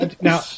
Now